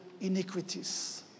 iniquities